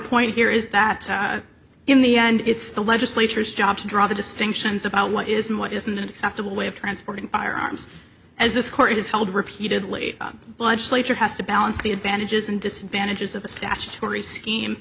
point here is that in the end it's the legislature's job to draw the distinctions about what is and what is an acceptable way of transporting firearms as this court is held repeatedly bludge slater has to balance the advantages and disadvantages of a statutory scheme